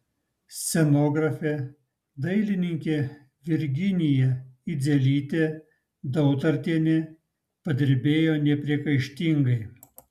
scenografė dailininkė virginija idzelytė dautartienė padirbėjo nepriekaištingai